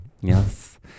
yes